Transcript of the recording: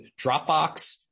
Dropbox